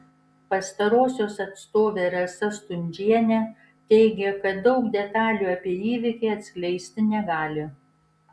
pastarosios atstovė rasa stundžienė teigė kad daug detalių apie įvykį atskleisti negali